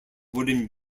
wooden